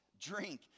drink